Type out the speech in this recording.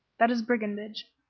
that is brigandage,